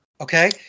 Okay